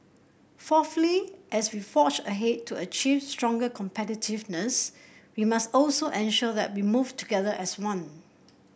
fourthly as we forge ahead to achieve stronger competitiveness we must also ensure that we move together as one